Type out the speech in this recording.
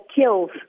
kills